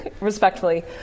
respectfully